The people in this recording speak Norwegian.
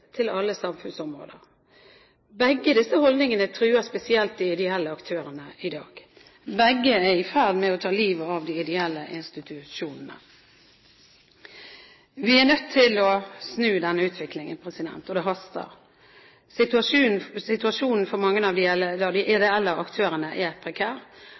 til alle samfunnsområder. Begge disse holdningene truer spesielt de ideelle aktørene i dag og er i ferd med å ta livet av de ideelle institusjonene. Vi er nødt til å snu denne utviklingen, og det haster. Situasjonen for mange av de ideelle aktørene er prekær.